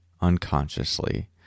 unconsciously